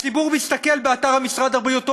הציבור מסתכל באתר משרד הבריאות,